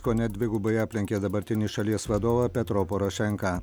kone dvigubai aplenkė dabartinį šalies vadovą petro porošenką